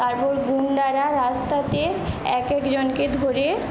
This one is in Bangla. তারপর গুন্ডারা রাস্তাতে এক একজনকে ধরে